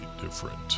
different